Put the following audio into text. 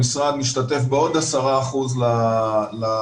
המשרד משתתף בעוד 10% לרשות.